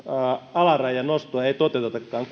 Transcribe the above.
alarajan nostoa ei toteutetakaan